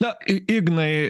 na i ignai